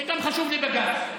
קולקטיב בעל מעמד גבוה,